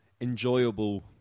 enjoyable